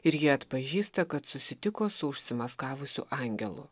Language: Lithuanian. ir ji atpažįsta kad susitiko su užsimaskavusiu angelu